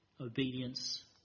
obedience